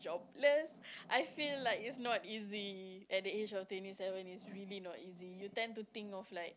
let's I feel like it's not easy at the age of twenty seven it's really not easy you tend to think of like